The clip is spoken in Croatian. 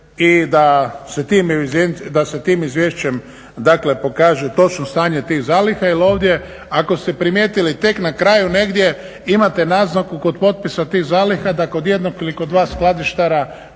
i da se tim izvješćem pokaže točno stanje tih zaliha jel ovdje ako ste primijetili tek na kraju negdje imate naznaku kod potpisa tih zaliha da kod jednog ili kod dva skladištara